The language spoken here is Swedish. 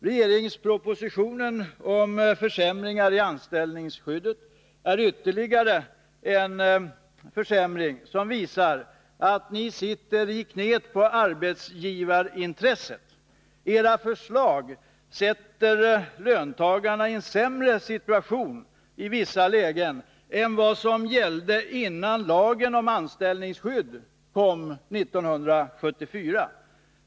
Regeringspropositionen om försämringar i anställningsskyddet är ytterligare en försämring som visar att ni sitter i knät på arbetsgivarintresset. Era förslag sätter löntagarna i en sämre situation i vissa lägen än vad som gällde innan lagen om anställningsskydd kom 1974.